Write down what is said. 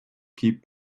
keep